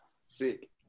sick